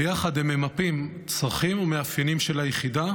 יחד הם ממפים צרכים ומאפיינים של היחידה,